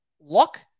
luck